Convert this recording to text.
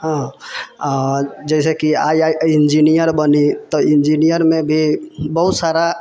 हँ जैसेकि आइ इंजीनियर बनी तऽ इंजीनियरमे भी बहुत सारा